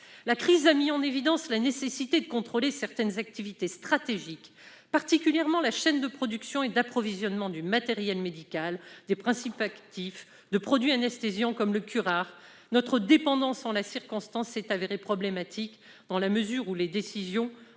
La crise a mis en évidence la nécessité de contrôler certaines activités stratégiques, particulièrement la chaîne de production et d'approvisionnement de matériel médical, de principes actifs, de produits anesthésiants comme le curare. Notre dépendance en la circonstance s'est révélée problématique, dans la mesure où les décisions